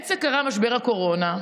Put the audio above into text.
באמצע קרה משבר הקורונה,